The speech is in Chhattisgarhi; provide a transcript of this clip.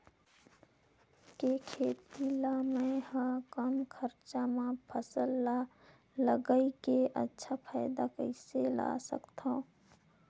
के खेती ला मै ह कम खरचा मा फसल ला लगई के अच्छा फायदा कइसे ला सकथव?